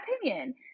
opinion